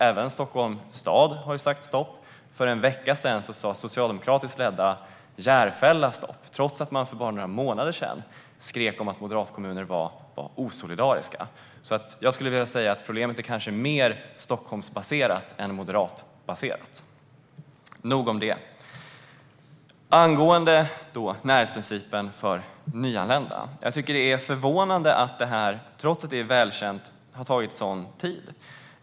Även Stockholms stad har sagt stopp, och för en vecka sedan sa socialdemokratiskt ledda Järfälla stopp, trots att man för bara några månader sedan skrek att moderatledda kommuner var osolidariska. Jag skulle vilja säga att problemet kanske är mer Stockholmsbaserat än moderatbaserat. Nog om det. Angående närhetsprincipen för nyanlända är det förvånande att det, trots att det var välkänt, har tagit sådan tid.